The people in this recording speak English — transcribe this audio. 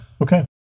Okay